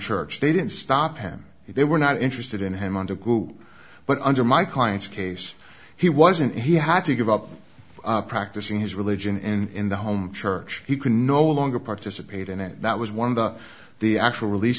church they didn't stop him if they were not interested in him on the group but under my client's case he wasn't he had to give up practicing his religion in the home church he could no longer participate in it that was one of the the actual release